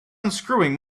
unscrewing